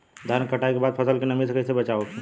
धान के कटाई के बाद फसल के नमी से कइसे बचाव होखि?